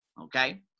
okay